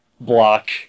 block